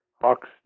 Hawks